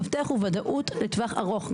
המפתח הוא ודאות לטווח ארוך,